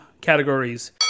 categories